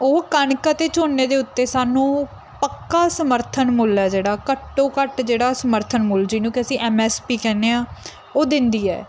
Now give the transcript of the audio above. ਉਹ ਕਣਕ ਅਤੇ ਝੋਨੇ ਦੇ ਉੱਤੇ ਸਾਨੂੰ ਪੱਕਾ ਸਮਰਥਨ ਮੁੱਲ ਆ ਜਿਹੜਾ ਘੱਟੋ ਘੱਟ ਜਿਹੜਾ ਸਮਰਥਨ ਮੁੱਲ ਜਿਹਨੂੰ ਕਿ ਅਸੀਂ ਐਮ ਐਸ ਪੀ ਕਹਿੰਦੇ ਹਾਂ ਉਹ ਦਿੰਦੀ ਹੈ